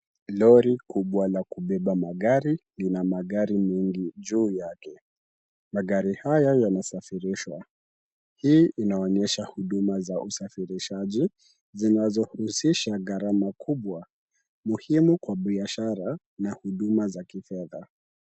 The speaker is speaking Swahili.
Lori kubwa la kubeba magari lina magari mengi juu yake. Magari haya yanasafirishwa. Hii inaonyesha huduma za usafirishaji zinazohusisha gharama kubwa muhimu kwa biashara na huduma za kifedha.